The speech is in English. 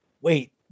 wait